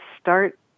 start